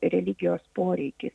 religijos poreikis